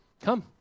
Come